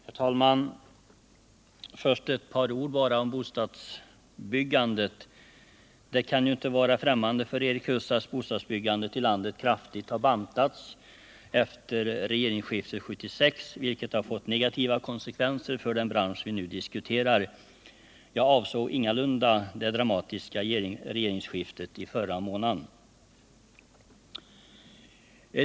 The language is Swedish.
Herr talman! Först bara ett par ord om bostadsbyggandet. Det kan ju inte vara främmande för Erik Huss att bostadsbyggandet i landet kraftigt har bantats efter regeringsskiftet 1976, vilket har fått negativa konsekvenser för den bransch vi nu diskuterar. Jag avsåg ingalunda det dramatiska regeringsskiftet i förra månaden.